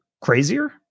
crazier